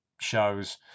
shows